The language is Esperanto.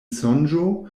sonĝo